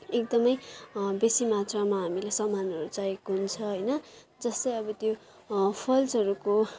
एकदमै बेसी मात्रामा हामीलाई सामानहरू चाहिएको हुन्छ होइन जस्तै अब त्यो फल्सहरूको